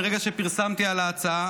מרגע שפרסמתי את ההצעה,